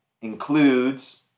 includes